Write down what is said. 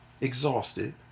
exhausted